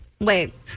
Wait